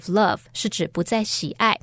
love是指不再喜爱。